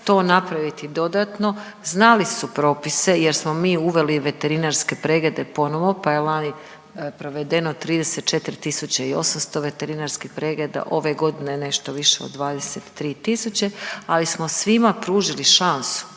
to napraviti dodatno, znali su propise jer smo mi uveli veterinarske preglede ponovo pa je lani provedeno 34 tisuća i 800 veterinarskih pregleda, ove godine nešto više od 23 tisuće, ali smo svima pružili šansu